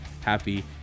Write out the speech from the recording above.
happy